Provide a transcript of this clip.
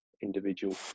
individual